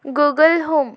Google home